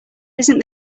isn’t